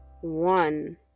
one